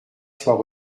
soit